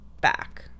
back